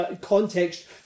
context